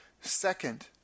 second